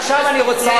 עכשיו אני רוצה,